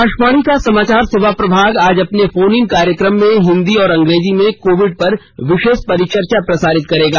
आकाशवाणी का समाचार सेवा प्रभाग आज अपने फोन इन कार्यक्रम में हिंदी और अंग्रेजी में कोविड पर विशेष परिचर्चा प्रसारित करेगा